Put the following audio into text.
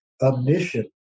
omniscient